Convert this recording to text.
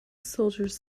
soldiers